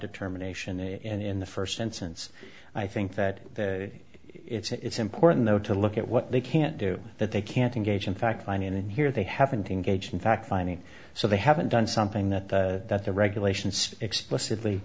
determination and in the first instance i think that it's important though to look at what they can't do that they can't engage in fact line in here they haven't engaged in fact finding so they haven't done something that the that the regulations explicitly